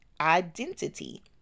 identity